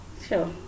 Sure